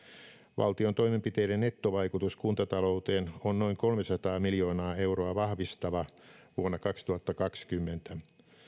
valtion toimenpiteiden nettovaikutus kuntatalouteen on noin kolmesataa miljoonaa euroa vahvistava vuonna kaksituhattakaksikymmentä